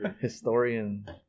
Historian